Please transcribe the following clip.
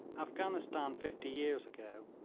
afghanistan fifty years ago,